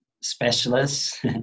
specialists